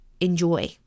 enjoy